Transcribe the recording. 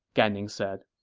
gan ning said.